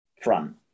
front